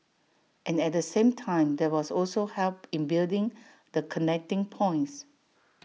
and at the same time there was also help in building the connecting points